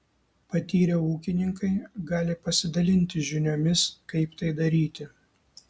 patyrę ūkininkai gali pasidalinti žiniomis kaip tai daryti